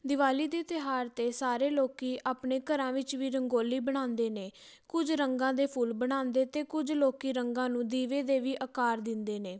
ਦਿਵਾਲੀ ਦੇ ਤਿਉਹਾਰ 'ਤੇ ਸਾਰੇ ਲੋਕ ਆਪਣੇ ਘਰਾਂ ਵਿੱਚ ਵੀ ਰੰਗੋਲੀ ਬਣਾਉਂਦੇ ਨੇ ਕੁਝ ਰੰਗਾਂ ਦੇ ਫੁੱਲ ਬਣਾਉਂਦੇ ਅਤੇ ਕੁਝ ਲੋਕ ਰੰਗਾਂ ਨੂੰ ਦੀਵੇ ਦੇ ਵੀ ਆਕਾਰ ਦਿੰਦੇ ਨੇ